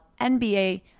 NBA